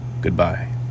goodbye